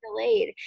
delayed